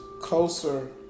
closer